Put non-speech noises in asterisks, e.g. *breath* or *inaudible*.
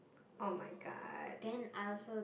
oh-my-god *breath*